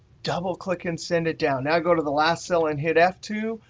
double click, and send it down. i go to the last cell and hit f two.